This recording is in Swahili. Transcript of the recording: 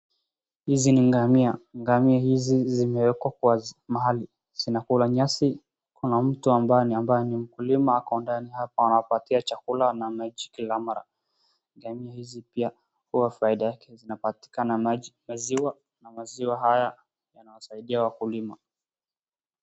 Hizi ni ngamia. Ngamia hizi zimewekwa mahali zinakula nyasi. Kuna mtu amabaye ni mkulima ako ndani hapa anapatia chakula na maji kila mara. Ngamia hizi pia huwa faida yake zinapatikana maji maziwa na maziwa haya huwa inasaidia wakulima.